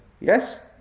yes